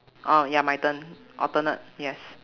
orh ya my turn alternate yes